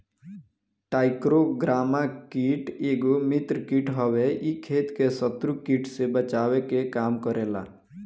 trichogramma कीट एगो मित्र कीट हवे इ खेत के शत्रु कीट से बचावे के काम करेला